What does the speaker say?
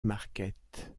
marquette